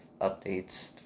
updates